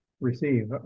receive